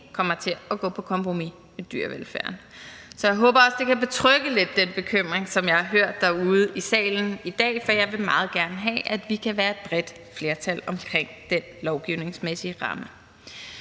kommer til at gå på kompromis med dyrevelfærden. Så jeg håber også, det kan virke lidt betryggende i forhold til den bekymring, som jeg har hørt i salen i dag, for vil jeg meget gerne have, at vi kan være et bredt flertal omkring den lovgivningsmæssige ramme.